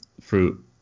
fruit